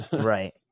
Right